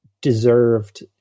deserved